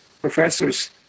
professors